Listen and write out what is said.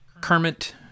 Kermit